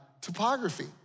topography